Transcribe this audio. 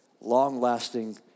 long-lasting